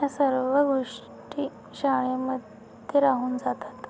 या सर्व गोष्टी शाळेमध्ये राहून जातात